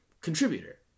contributor